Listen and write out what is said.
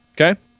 okay